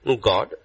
God